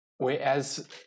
Whereas